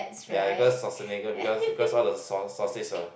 ya because Schwarzenegger because because all the sau~ sausage mah